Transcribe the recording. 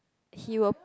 he will